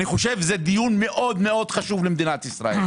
זה דיון מאוד חשוב למדינת ישראל.